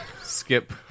Skip